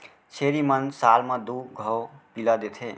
छेरी मन साल म दू घौं पिला देथे